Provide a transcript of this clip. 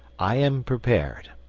i am prepared.